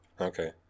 Okay